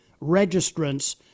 registrants